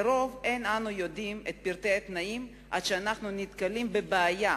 על-פי רוב אין אנו יודעים את פרטי התנאים עד שאנחנו נתקלים בבעיה,